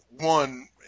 one